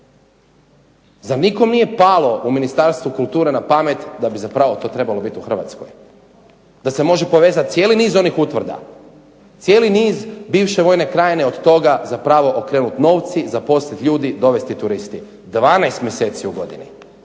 Zar nikom nije palo u Ministarstvu kulture na pamet da bi zapravo to trebalo bit u Hrvatskoj, da se može povezati cijeli niz onih utvrda, cijeli niz bivše vojne krajine od toga zapravo okrenuti novci, zaposlit ljudi, dovesti turisti, 12 mjeseci u godini.